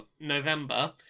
November